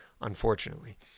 unfortunately